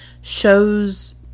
shows